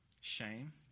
Shame